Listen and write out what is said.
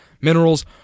minerals